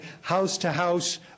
house-to-house